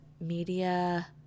media